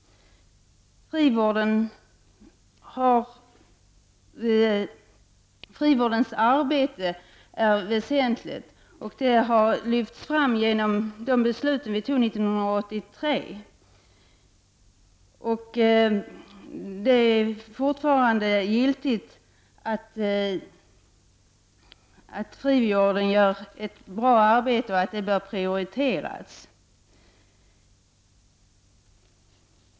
Frivårdens arbete är väsentligt, vilket lyfts fram i det beslut som vi fattade 1983. Frivården utför ett bra arbete, och det bör prioriteras.